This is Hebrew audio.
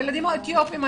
הילדים האתיופים,